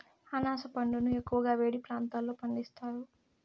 అనాస పండును ఎక్కువగా వేడి ప్రాంతాలలో పండిస్తారు